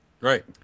Right